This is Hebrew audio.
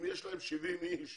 אם יש להם 70 אנשים